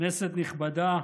כנסת נכבדה,